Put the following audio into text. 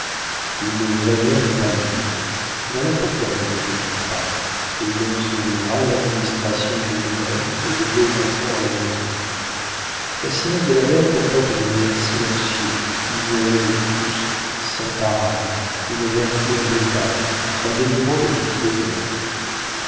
une vraie mère n'est pas libre voilà pourquoi je ne t'écris pas ayant sur les bras l'administration du domaine et deux enfants à élever la science de la mère comporte des mérites silencieux ignorés de tous sans parade une vertu en détail un dévouement de toutes les heures